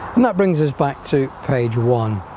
and that brings us back to page one